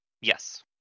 Yes